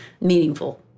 meaningful